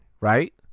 right